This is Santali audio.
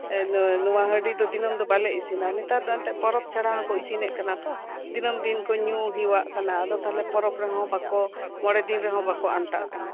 ᱮᱸ ᱱᱚᱣᱟ ᱦᱟᱺᱰᱤ ᱫᱚ ᱫᱤᱱᱟᱹᱢ ᱫᱚ ᱵᱟᱞᱮ ᱤᱥᱤᱱᱟ ᱱᱮᱛᱟᱨ ᱫᱚ ᱟᱱᱛᱮ ᱯᱚᱨᱚᱵ ᱪᱷᱟᱲᱟ ᱦᱚᱸᱠᱚ ᱤᱥᱤᱱᱮᱫ ᱠᱟᱱᱟ ᱛᱚ ᱫᱤᱱᱟᱹᱢ ᱫᱤᱱ ᱠᱚ ᱧᱩ ᱦᱮᱣᱟᱜ ᱠᱟᱱᱟ ᱟᱫᱚ ᱛᱟᱞᱦᱮ ᱯᱚᱨᱚᱵ ᱨᱮᱦᱚᱸ ᱢᱚᱬᱮ ᱫᱤᱱ ᱨᱮᱦᱚᱸ ᱵᱟᱠᱚ ᱟᱱᱴᱟᱜ ᱠᱟᱱᱟ